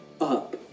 up